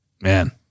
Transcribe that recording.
Man